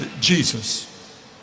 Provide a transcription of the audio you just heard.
Jesus